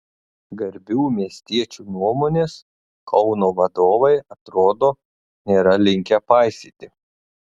garbių miestiečių nuomonės kauno vadovai atrodo nėra linkę paisyti